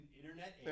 internet